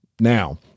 Now